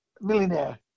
millionaire